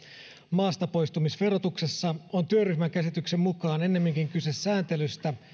maastapoistumisverotuksessa on työryhmän käsityksen mukaan ennemminkin kyse sääntelystä